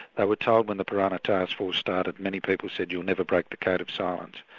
they were told when the piranha task force started many people said you'll never break the code of silence.